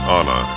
Anna